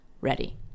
ready